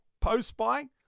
Post-buy